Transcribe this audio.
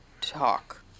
talk